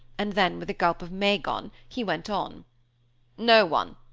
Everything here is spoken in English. and then with a gulp of magon, he went on no one!